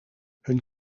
hun